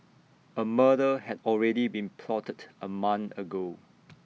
A murder had already been plotted A month ago